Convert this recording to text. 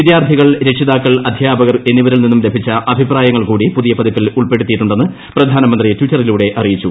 വിദ്യാർത്ഥികൾ രക്ഷിതാക്കൾ ് അധ്യാപകർ എന്നിവരിൽ നിന്നും ലഭിച്ച അഭിപ്രായങ്ങൾ കൂടി പുതിയ പതിപ്പിൽ ഉൾപ്പെടുത്തിയിട്ടുണ്ടെന്ന് പ്രധാനമന്ത്രി ട്വിറ്ററിലൂടെ അറിയിച്ചു